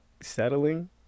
Settling